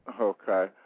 Okay